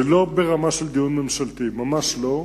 זה לא ברמה של דיון ממשלתי, ממש לא,